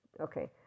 Okay